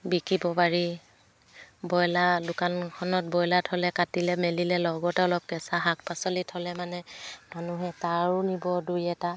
বিকিব পাৰি ব্ৰইলাৰ দোকানখনত ব্ৰইলাৰ থ'লে কাটিলে মেলিলে লগতে অলপ কেঁচা শাক পাচলি থ'লে মানে মানুহে তাৰো নিব দুই এটা